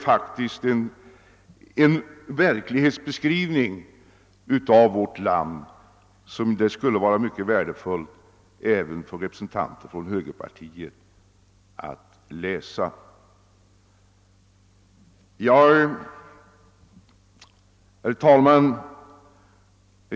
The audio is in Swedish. Den ger verklighetsbeskrivning av vårt land som det skulle vara mycket värdefullt även för representanter för moderata samlingspartiet att läsa. Herr talman!